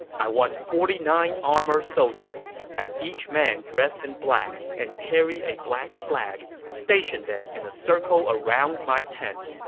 i want forty nine armored soldiers. have each man dress in black and carry a black flag. station them in a circle around my tent.